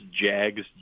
Jags